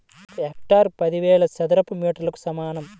ఒక హెక్టారు పదివేల చదరపు మీటర్లకు సమానం